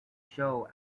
show